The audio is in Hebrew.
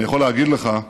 אני יכול להגיד לך,